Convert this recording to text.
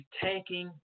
tanking